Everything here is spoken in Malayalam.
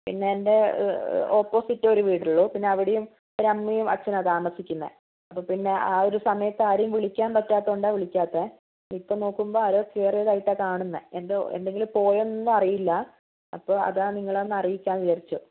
പിന്നെ എൻ്റെ ഓപ്പോസിറ്റ് ഒരു വീടേ ഉള്ളൂ പിന്നെ അവിടെയും ഒരു അമ്മയും അച്ഛനും ആണ് താമസിക്കുന്നത് അപ്പോൾ പിന്നെ ആ ഒരു സമയത്താരും വിളിക്കാൻ പറ്റാത്തതുകൊണ്ടാണ് വിളിക്കാത്തത് ഇപ്പോൾ നോക്കുമ്പോൾ ആരോ കയറിയതായിട്ടാണ് കാണുന്നത് എന്ത് എന്തെങ്കിലും പോയോ എന്നൊന്നും അറിയില്ല അപ്പോൾ അതാണ് നിങ്ങളെ ഒന്ന് അറിയിക്കാമെന്ന് വിചാരിച്ചത്